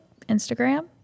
Instagram